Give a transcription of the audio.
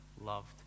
loved